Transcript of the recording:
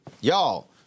Y'all